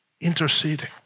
interceding